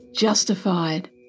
justified